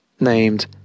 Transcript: Named